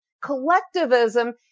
Collectivism